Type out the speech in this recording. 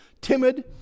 timid